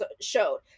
showed